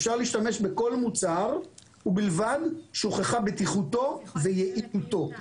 אפשר להשתמש בכל מוצר ובלבד שהוכחה בטיחותו ויעילותו.